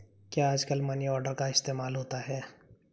क्या आजकल money order का इस्तेमाल होता है?